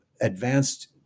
advanced